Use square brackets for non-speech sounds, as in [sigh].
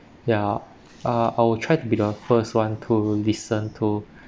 ya uh I'll try to be the first one to listen to [breath]